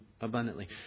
abundantly